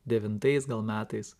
devintais metais